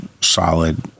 solid